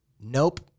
Nope